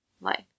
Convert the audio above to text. Life